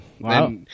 Wow